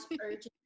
urgent